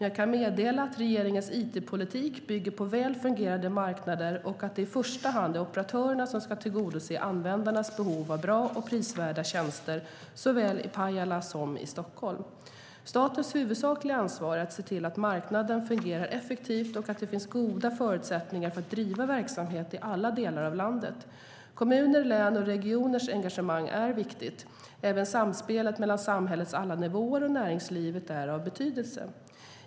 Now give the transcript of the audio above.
Jag kan meddela att regeringens it-politik bygger på väl fungerande marknader och att det i första hand är operatörerna som ska tillgodose användarnas behov av bra och prisvärda tjänster, såväl i Pajala som i Stockholm. Statens huvudsakliga ansvar är att se till att marknaden fungerar effektivt och att det finns goda förutsättningar för att driva verksamhet i alla delar av landet. Kommuners, läns och regioners engagemang är viktigt. Även samspelet mellan samhällets alla nivåer och näringslivet är av betydelse.